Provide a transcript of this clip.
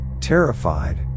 terrified